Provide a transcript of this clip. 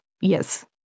yes